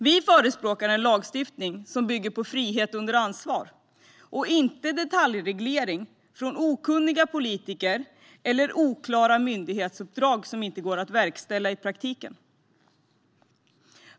Vi förespråkar en lagstiftning som bygger på frihet under ansvar och inte detaljreglering från okunniga politiker eller oklara myndighetsuppdrag som inte går att verkställa i praktiken.